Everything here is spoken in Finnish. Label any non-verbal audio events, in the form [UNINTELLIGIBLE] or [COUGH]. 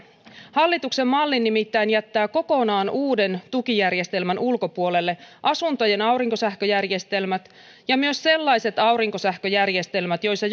hallituksen malli nimittäin jättää kokonaan uuden tukijärjestelmän ulkopuolelle asuntojen aurinkosähköjärjestelmät ja myös sellaiset aurinkosähköjärjestelmät joissa [UNINTELLIGIBLE]